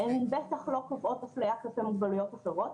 התקנות בטח לא קובעות אפליה כלפי מוגבלויות אחרות.